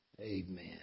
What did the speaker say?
Amen